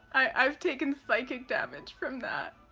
i've taken psychic damage from that.